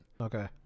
Okay